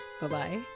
Bye-bye